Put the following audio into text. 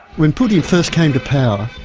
when putin first came to power,